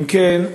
אם כן,